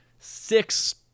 Six